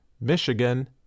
Michigan